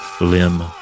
limb